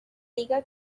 liga